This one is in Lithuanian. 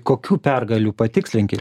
kokių pergalių patikslinkit